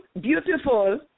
beautiful